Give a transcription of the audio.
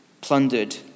plundered